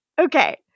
Okay